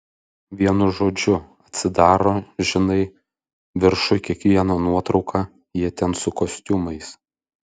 vienu žodžiu atsidaro žinai viršuj kiekvieno nuotrauka jie ten su kostiumais